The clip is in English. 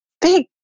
big